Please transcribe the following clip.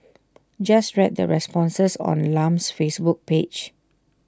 just read the responses on Lam's Facebook page